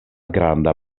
granda